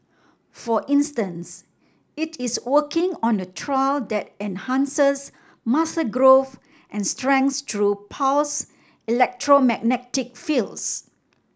for instance it is working on a trial that enhances muscle growth and strength through pulsed electromagnetic fields